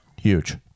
Huge